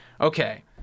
Okay